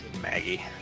Maggie